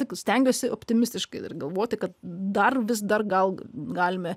taip stengiuosi optimistiškai galvoti kad dar vis dar gal galime